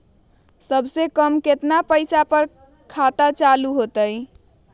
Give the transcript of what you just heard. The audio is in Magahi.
सबसे कम केतना पईसा पर खतवन चालु होई?